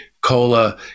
cola